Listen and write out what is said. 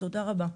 תודה רבה.